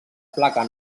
placa